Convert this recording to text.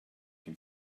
can